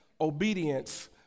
obedience